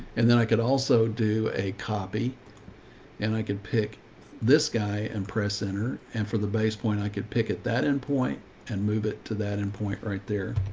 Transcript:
and then i could also do a copy and i could pick this guy and press enter. and for the base point, i could pick it that end point and move it to that end point right there.